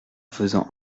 faisant